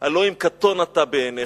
"הלוא אם קטן אתה בעיניך".